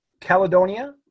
Caledonia